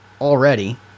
already